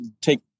take